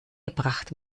gebracht